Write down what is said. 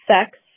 sex